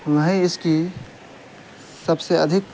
وہیں اس کی سب سے ادھک